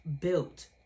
built